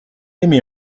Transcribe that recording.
aimait